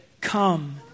come